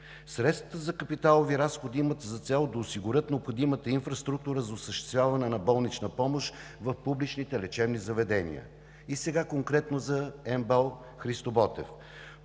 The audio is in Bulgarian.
Средствата за капиталови разходи имат за цел да осигурят необходимата инфраструктура за осъществяване на болнична помощ в публичните лечебни заведения. И сега конкретно за МБАЛ „Христо Ботев“.